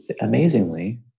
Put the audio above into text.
amazingly